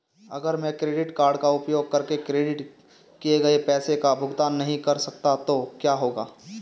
अगर मैं credit card का उपयोग करके क्रेडिट किए गए पैसे का भुगतान नहीं कर सकता तो क्या होगा?